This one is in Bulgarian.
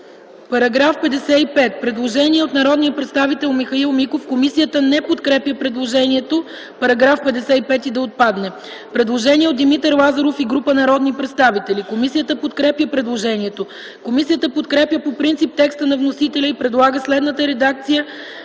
По § 55 има предложение от народния представител Михаил Миков. Комисията не подкрепя предложението § 55 да отпадне. Има предложение от Димитър Лазаров и група народни представители. Комисията подкрепя предложението. Комисията подкрепя по принцип текста на вносителя и предлага следната редакция